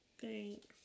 Thanks